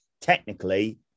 technically